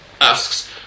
asks